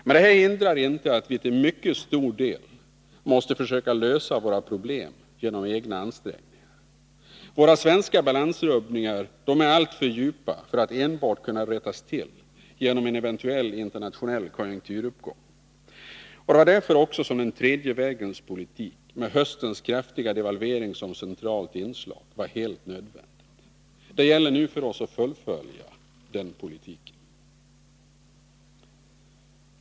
Men det här hindrar inte att vi till mycket stor del måste försöka lösa våra problem genom egna ansträngningar. Våra svenska balansrubbningar är alltför djupa för att kunna rättas till enbart genom en internationell konjunkturuppgång. Det var också därför som den tredje vägens politik med höstens kraftiga devalvering som centralt inslag var helt nödvändig. Det gäller nu för oss att fullfölja den politiken.